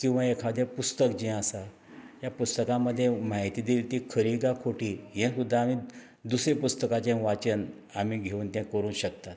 किंवा एखादें पुस्तक जें आसा ह्या पुस्तका मध्ये माहिती दी ती खरी गा खोटी हें सुद्दा आमी दुसरें पुस्तकाचें वाचन आमी घेवन तें करूं शकतात